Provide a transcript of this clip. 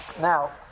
now